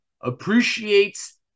appreciates